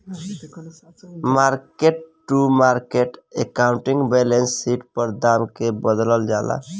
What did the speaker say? market to market accounting balance sheet पर दाम के बदलल जाला